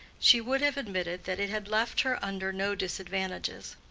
she would have admitted that it had left her under no disadvantages.